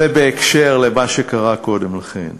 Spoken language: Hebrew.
ובהקשר של מה שקרה קודם לכן.